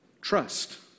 trust